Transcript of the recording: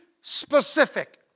specific